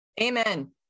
Amen